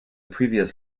previous